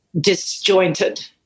disjointed